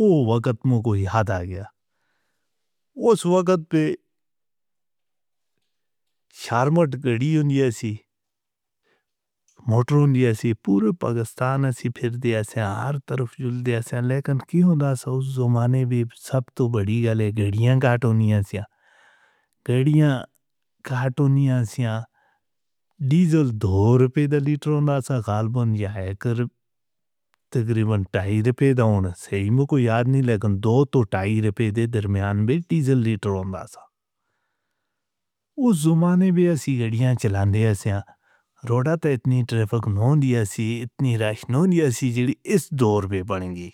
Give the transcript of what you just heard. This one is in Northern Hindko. او وقت مو کو یاد آ گیا، اُس وقت پے چھامٹ گھڑی اُن جیسی۔ موٹرونجی ایسی پورب پاکستان سے پھر دِیا سے ہر طرف جھول دِیا سے لیکھن کی اداس اور جرمانے۔ او سب تو وڈی والیاں گھڑیاں کارٹونیاں سے، اِتھے گھڑیاں کارٹونیاں سے اِتھے ڈیزل دھور پے ڈیلیٹرونا سا گال بن جائیکر۔ تقریباً ٹائر پے دونو سے ہی میرے کو یاد نہیں لگا۔ دو تو ٹائر پے دے درمیانوی ڈیزل لیٹر، او زبانیں میں ایسی گھڑیاں چلا دے۔ ایسے روڑے پے اِتنی ٹریفک، اِتنی راش نو دِیا سی جڑی، اِس دور پے بنیں گی۔